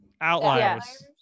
Outliers